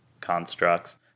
constructs